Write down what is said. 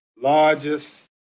largest